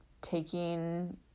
taking